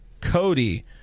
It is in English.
cody